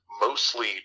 mostly